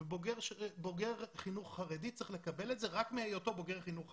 בוגר חינוך חרדי צריך לקבל את זה רק מהיותו בוגר חינוך חרדי.